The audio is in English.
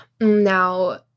Now